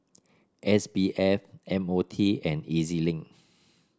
S B F M O T and E Z Link